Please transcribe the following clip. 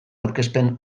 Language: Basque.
aurkezpen